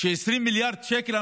ש-20 מיליארד שקל,